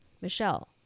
Michelle